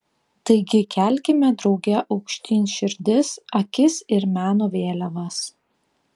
taigi kelkime drauge aukštyn širdis akis ir meno vėliavas